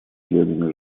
члены